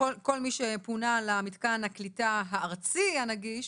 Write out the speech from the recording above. כל מי שפונה למתקן הקליטה הארצי הנגיש.